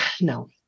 no